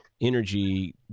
energy